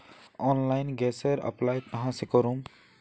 Online गैसेर apply कहाँ से करूम?